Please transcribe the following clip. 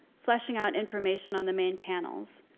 fleshing out information on the main panels,